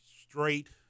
straight